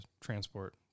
transport